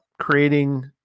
creating